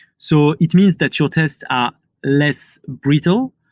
so it means that your tests are less brittle.